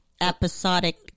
episodic